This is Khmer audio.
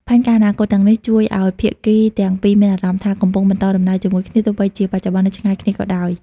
ផែនការអនាគតទាំងនេះជួយឱ្យភាគីទាំងពីរមានអារម្មណ៍ថា កំពុងបន្តដំណើរជាមួយគ្នា ទោះបីជាបច្ចុប្បន្ននៅឆ្ងាយគ្នាក៏ដោយ។